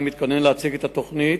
אני מתכונן להציג את התוכנית,